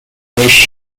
beş